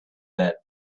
that